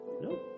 No